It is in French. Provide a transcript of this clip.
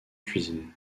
cuisine